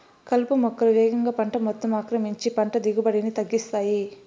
కలుపు మొక్కలు వేగంగా పంట మొత్తం ఆక్రమించి పంట దిగుబడిని తగ్గిస్తాయి